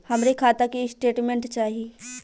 हमरे खाता के स्टेटमेंट चाही?